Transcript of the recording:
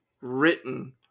Written